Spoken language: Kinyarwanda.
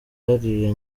hariya